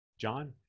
John